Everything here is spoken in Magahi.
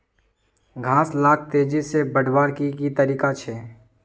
घास लाक तेजी से बढ़वार की की तरीका छे?